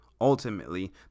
ultimately